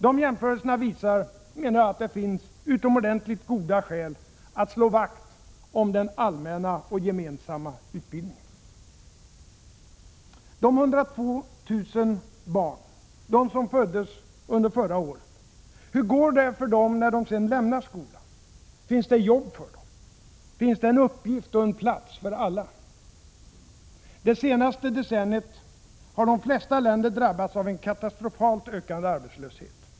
De jämförelserna visar, menar jag, att det finns goda skäl att slå vakt om den allmänna och gemensamma utbildningen. De 102 000 barnen, de som föddes under förra året, hur går det för dem när de sedan lämnar skolan? Finns det jobb för dem? Finns det en uppgift och en plats för alla? Det senaste decenniet har de flesta länder drabbats av en katastrofalt ökande arbetslöshet.